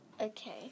Okay